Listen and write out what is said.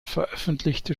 veröffentlichte